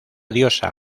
diosa